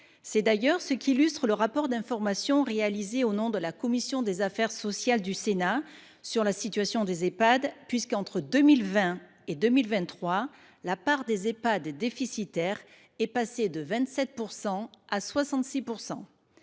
C’est d’ailleurs ce qu’illustre le rapport d’information réalisé au nom de la commission des affaires sociales du Sénat sur la situation des Ehpad : entre 2020 et 2023, la part des établissements déficitaires est ainsi passée de 27 % à 66 %.